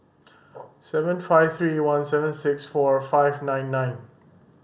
seven five three one seven six four five nine nine